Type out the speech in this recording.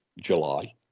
July